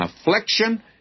affliction